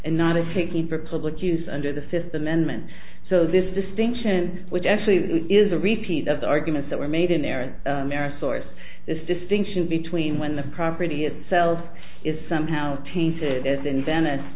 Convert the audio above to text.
and not of taking for public use under the fifth amendment so this distinction which actually is a repeat of the arguments that were made in their marriage source this distinction between when the property itself is somehow tainted in venice